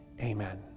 amen